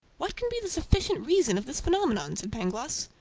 what can be the sufficient reason of this phenomenon? said pangloss.